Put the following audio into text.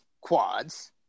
quads